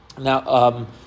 now